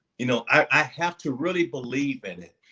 you know i have to really believe in it.